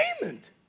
payment